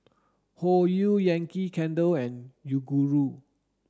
Hoyu Yankee Candle and Yoguru